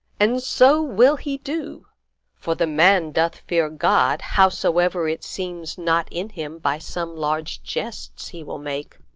and so will he do for the man doth fear god, howsoever it seems not in him by some large jests he will make.